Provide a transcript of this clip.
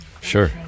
Sure